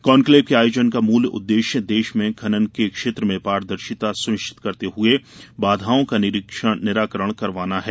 conclave के आयोजन का मूल उद्देश्य देश में खनन के क्षेत्र में पारदर्शिता सुनिश्चित करते हुए बाधाओं का निराकरण करवाना है